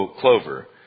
clover